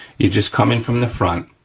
you just come in from the front,